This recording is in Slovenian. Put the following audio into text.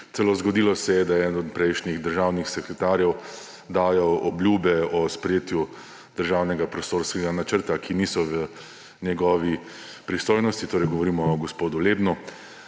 Celo zgodilo se je, da je eden od prejšnjih državnih sekretarjev dajal obljube o sprejetju državnega prostorskega načrta, ki niso v njegovi pristojnosti – torej govorim o gospodu Lebnu.